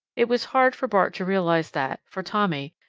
it was hard for bart to realize that, for tommy,